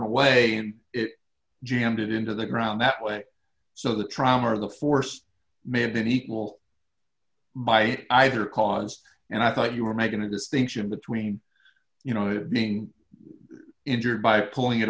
away and jammed it into the ground that way so the trauma of the force may have been equal by either caused and i thought you were making a distinction between you know being injured by pulling it